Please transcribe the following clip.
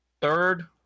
third